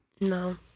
No